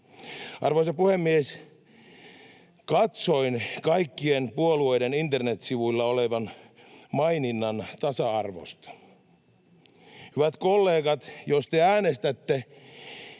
Arvoisa puhemies! Katsoin kaikkien puolueiden internetsivuilla olevan maininnan tasa-arvosta. Hyvät kollegat, jos te äänestätte